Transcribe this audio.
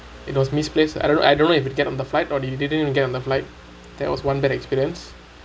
it was misplaced I don't know I don't know if it get on the flight or it didn't get on the flight that was one bad experience